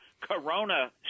corona